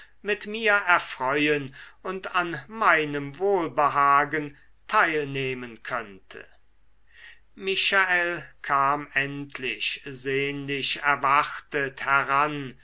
mit mir erfreuen und an meinem wohlbehagen teilnehmen könnte michael kam endlich sehnlich erwartet heran